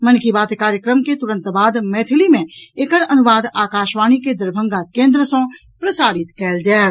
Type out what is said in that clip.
मन की बात कार्यक्रम के तुरंत बाद मैथिली में एकर अनुवाद आकाशवाणी के दरभंगा केन्द्र सँ प्रसारित कयल जायत